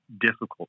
difficult